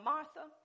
Martha